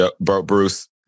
Bruce